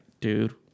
dude